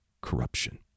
corruption